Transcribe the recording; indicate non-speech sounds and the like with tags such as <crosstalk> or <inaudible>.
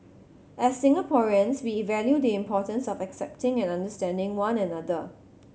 as Singaporeans we <unintelligible> value the importance of accepting and understanding one another